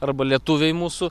arba lietuviai mūsų